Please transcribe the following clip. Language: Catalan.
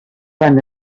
van